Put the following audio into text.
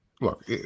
Look